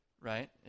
Right